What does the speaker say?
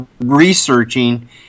researching